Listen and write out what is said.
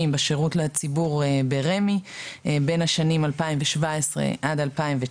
בשירות לציבור ברמ"י בין השנים 2017 עד 2019,